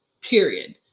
period